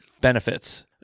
benefits